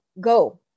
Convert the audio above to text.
go